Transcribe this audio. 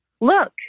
look